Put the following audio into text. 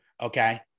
Okay